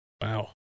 Wow